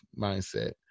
mindset